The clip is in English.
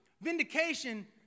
vindication